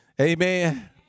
Amen